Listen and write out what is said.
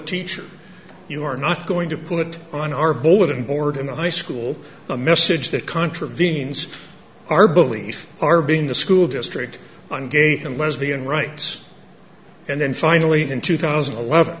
teacher you are not going to put on our bulletin board in the high school a message that contravenes our belief our being the school district on gays and lesbian rights and then finally in two thousand and eleven